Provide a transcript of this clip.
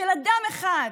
של אדם אחד,